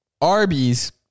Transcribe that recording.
Arby's